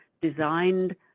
designed